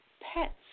pets